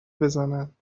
بزنند